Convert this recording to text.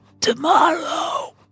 Tomorrow